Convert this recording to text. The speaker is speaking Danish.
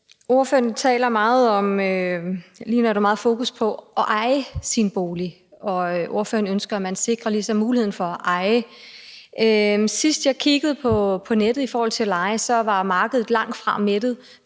nu er der meget fokus på at eje sin bolig, og ordføreren ønsker, at man ligesom sikrer muligheden for at eje. Sidst jeg kiggede på nettet i forhold til at leje, så var markedet langt fra mættet,